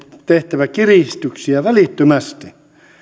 tehtävä kiristyksiä välittömästi